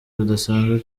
budasanzwe